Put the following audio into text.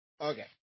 Okay